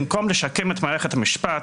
במקום לשקם את מערכת המשפט